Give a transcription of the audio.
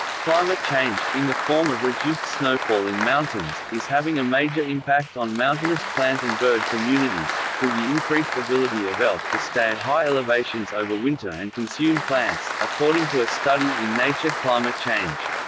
climate change, in the form of reduced snowfall in mountains, is having a major impact on mountainous plant and bird communities, through the increased ability of elk to stay at high elevations over winter and consume plants, according to a study in nature climate change.